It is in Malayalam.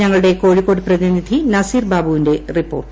ഞങ്ങളുടെ കോഴിക്കോട് പ്രതിനിധി നസീർ ബാബുവിന്റെ റിപ്പോർട്ട്